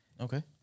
Okay